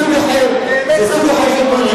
זה סוג אחר.